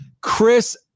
Chris